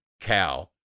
cow